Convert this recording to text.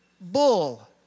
bull